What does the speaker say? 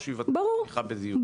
או שהוא יוותר בתמיכה ב- ברור,